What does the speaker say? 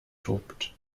tobt